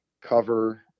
cover